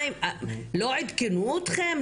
לא עדכנו אתכם,